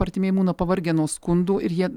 artimieji būna pavargę nuo skundų ir jie